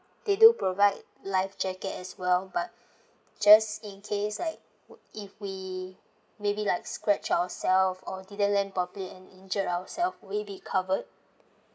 they do provide life jacket as well but just in case like if we maybe like scratch ourselves or didn't land properly and injured ourselves will it be covered